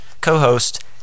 co-host